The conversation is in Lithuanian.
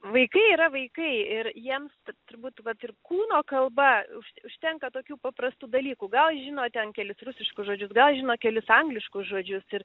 vaikai yra vaikai ir jiems turbūt vat ir kūno kalba už užtenka tokių paprastų dalykų gal žino ten kelis rusiškus žodžius gal žino kelis angliškus žodžius ir